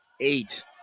eight